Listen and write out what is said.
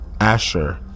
Asher